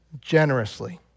generously